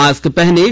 mask पहनें